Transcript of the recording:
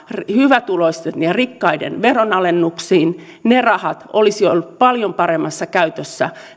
hyvätuloisten ja rikkaiden veronalennuksiin ne rahat olisivat olleet paljon paremmassa käytössä